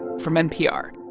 from npr